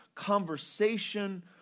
conversation